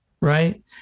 right